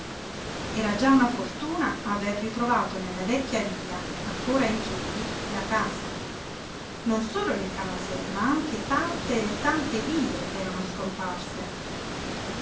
era già una fortuna aver ritrovato nella vecchia via ancora in piedi la casa non solo le case ma anche tante e tante vie erano scomparse